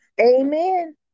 Amen